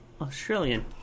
Australian